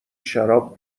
شراب